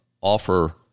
offer